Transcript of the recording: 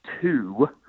two